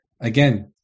again